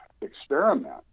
experiment